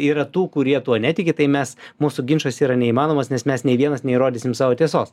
yra tų kurie tuo netiki tai mes mūsų ginčas yra neįmanomas nes mes nei vienas neįrodysim savo tiesos